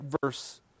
verse